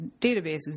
databases